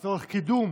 לצורך קידום